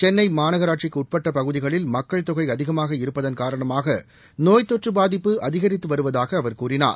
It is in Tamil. சென்னை மாநகராடசிக்கு உட்பட்ட பகுதிகளில் மக்கள் தொகை அதிகமாக இருப்பதன் காரணமாக நோய் தொற்று பாதிப்பு அதிகரித்து வருவதாக அவர் கூறினார்